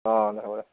অঁ দে হ'ব দে